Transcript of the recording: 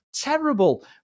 terrible